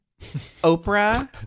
Oprah